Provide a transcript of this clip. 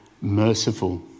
merciful